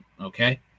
Okay